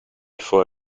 faut